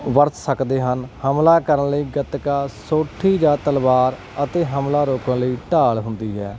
ਵਰਤ ਸਕਦੇ ਹਨ ਹਮਲਾ ਕਰਨ ਲਈ ਗਤਕਾ ਸੋਟੀ ਜਾਂ ਤਲਵਾਰ ਅਤੇ ਹਮਲਾ ਰੋਕਣ ਲਈ ਢਾਲ ਹੁੰਦੀ ਹੈ